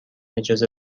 اجازه